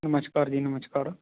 ਨਮਸਕਾਰ ਜੀ ਨਮਸਕਾਰ